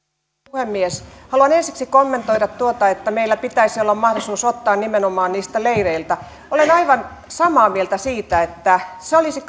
puhemies haluan ensiksi kommentoida tuota että meillä pitäisi olla mahdollisuus ottaa nimenomaan niiltä leireiltä olen aivan samaa mieltä siitä että se olisi